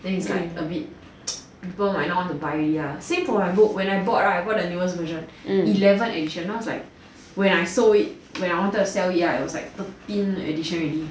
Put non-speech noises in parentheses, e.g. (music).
then it's like a bit (noise) people might not want to buy already lah same for my book when I bought it right it was the newest version eleven edition now is like when I sold it when I wanted to sell it right it was like thirteenth edition already